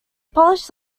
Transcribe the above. polish